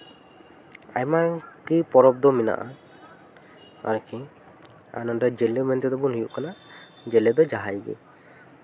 ᱟᱭᱢᱟ ᱜᱮ ᱯᱚᱨᱚᱵᱽ ᱫᱚ ᱢᱮᱱᱟᱜᱼᱟ ᱟᱨᱠᱤ ᱱᱚᱸᱰᱮ ᱡᱮᱞᱮ ᱢᱮᱱ ᱛᱮᱫᱚ ᱵᱚᱱ ᱦᱩᱭᱩᱜ ᱠᱟᱱᱟ ᱡᱮᱞᱮ ᱫᱚ ᱡᱟᱦᱟᱸᱭ ᱜᱮ